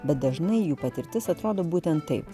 bet dažnai jų patirtis atrodo būtent taip